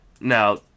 Now